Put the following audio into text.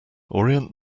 orient